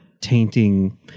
tainting